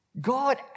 God